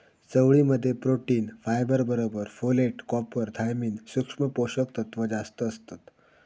चवळी मध्ये protein, fibre बरोबर फोलेट, कॉपर, थायमिन, सुक्ष्म पोषक तत्त्व जास्तं असतत